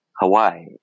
Hawaii